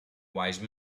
wise